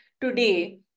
today